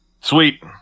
sweet